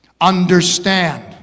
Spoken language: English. understand